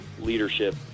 leadership